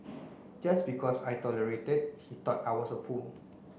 just because I tolerated he thought I was a fool